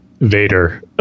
Vader